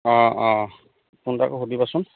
অঁ অঁ ফোন এটা কৰি সুধিবাচোন